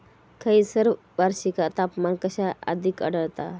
खैयसर वार्षिक तापमान कक्षा अधिक आढळता?